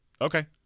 okay